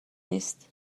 نیست